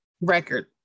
record